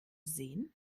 sehen